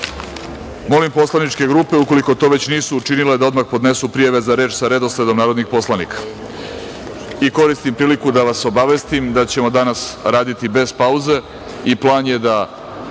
poslaničke grupe, ukoliko to već nisu učinile, da odmah podnesu prijave za reč sa redosledom narodnih poslanika. Koristim priliku da vas obavestim da ćemo danas raditi bez pauze i plan je da